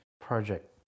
project